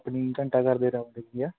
ਆਪਣੀ ਘੰਟਾ ਘਰ ਦੇ ਰਾਸਤੇ ਚ ਹੀ ਆ